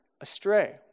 astray